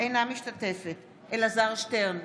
אינה משתתפת בהצבעה אלעזר שטרן,